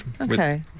Okay